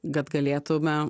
kad galėtume